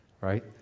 Right